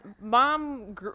mom